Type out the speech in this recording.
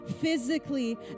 physically